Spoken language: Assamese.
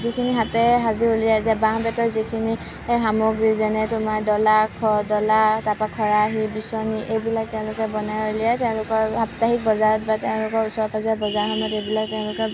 যিখিনি হাতেৰে সাজি উলিয়াই বাঁহ বেতৰ যিখিনি সামগ্ৰী যেনে তোমাৰ ডলা ডলা তাৰপৰা খৰাহী বিচনী এইবিলাক তেওঁলোকে বনাই উলিয়াই তেওঁলোকৰ সাপ্তাহিক বজাৰত বা তেওঁলোকৰ ওচৰ পাজৰৰ বজাৰসমূহত এইবিলাক তেওঁলোকে